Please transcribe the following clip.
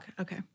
Okay